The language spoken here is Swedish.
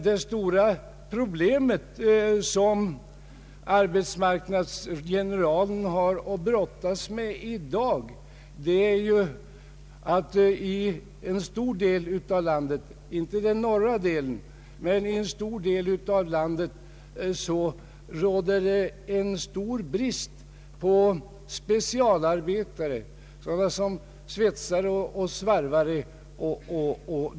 Det stora problemet som arbetsmarknadsgeneralen har att brottas med i dag är ju att i en stor del av landet — dock inte i den norra delen — råder en stor brist på specialarbetare, sådana som svetsare och svarvare.